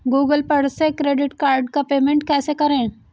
Google पर से credit card का पेमेंट कैसे करें?